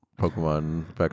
Pokemon